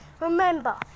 Remember